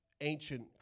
ancient